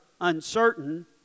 uncertain